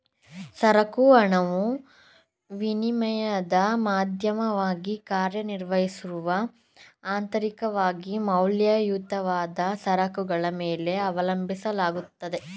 ಸರಕು ಹಣವು ವಿನಿಮಯದ ಮಾಧ್ಯಮವಾಗಿ ಕಾರ್ಯನಿರ್ವಹಿಸುವ ಅಂತರಿಕವಾಗಿ ಮೌಲ್ಯಯುತವಾದ ಸರಕುಗಳ ಮೇಲೆ ಅವಲಂಬಿತವಾಗಿದೆ